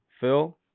phil